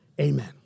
Amen